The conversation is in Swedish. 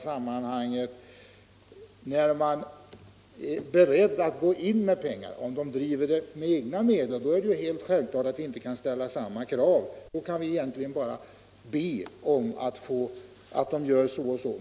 Om vederbörande driver verksamheten med egna medel, är det helt självklart att man inte kan ställa samma krav, utan då kan vi bara be dem att göra så eller så.